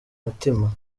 mutima